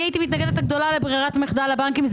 הייתי מתנגדת הגדולה לברירת המחדל לבנקים,